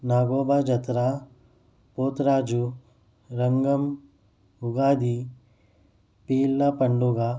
ناگوبا جترا پوت راجو رنگم اُگادی پیلا پنڈوگا